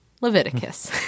Leviticus